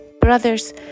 brothers